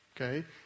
okay